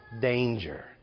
danger